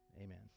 amen